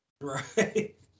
Right